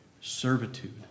Servitude